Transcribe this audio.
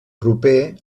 proper